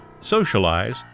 socialize